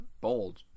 bold